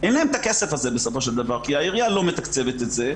אין להם את הכסף הזה כי העירייה לא מתקצבת את זה,